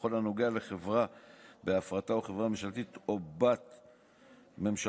בכל הנוגע לחברה בהפרטה או חברה ממשלתית או חברת-בת ממשלתית,